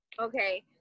Okay